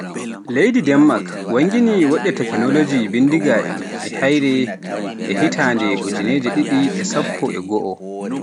Leydi Denmak wanngini woɗɗe takanologi bindigaaje e haire e hitande ujineje ɗiɗi, e sappo e goo.